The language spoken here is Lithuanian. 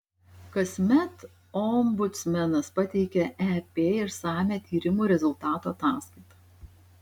kasmet ombudsmenas pateikia ep išsamią tyrimų rezultatų ataskaitą